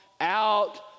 out